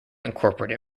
incorporated